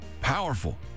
powerful